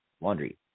laundry